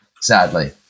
sadly